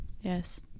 yes